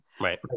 Right